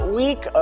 week